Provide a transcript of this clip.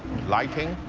lighting.